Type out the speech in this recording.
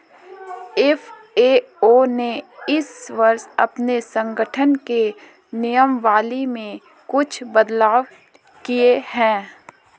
FAO ने इस वर्ष अपने संगठन के नियमावली में कुछ बदलाव किए हैं